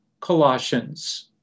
Colossians